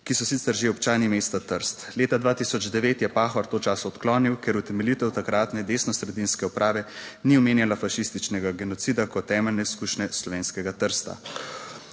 ki so sicer že občani mesta Trst. Leta 2009 je Pahor to čast odklonil, ker utemeljitev takratne desnosredinske uprave ni omenjala fašističnega genocida kot temeljne izkušnje slovenskega Trsta.